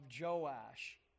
Joash